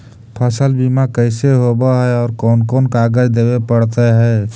फसल बिमा कैसे होब है और कोन कोन कागज देबे पड़तै है?